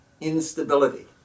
instability